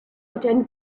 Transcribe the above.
attend